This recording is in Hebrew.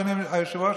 אדוני היושב-ראש,